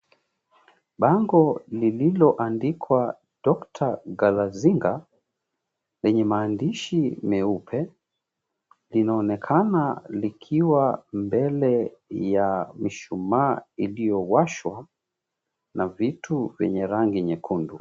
Bango lililo andikwa, DR GALAZINGA, lenye maandishi meupe linaonekana likiwa mbele ya mishumaa iliyowashwa na vitu vyenye rangi nyekundu.